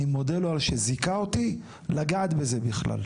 אני מודה לו על שזיכה אותי לגעת בזה בכלל.